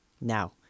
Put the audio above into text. Now